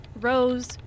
Rose